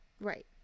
Right